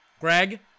Greg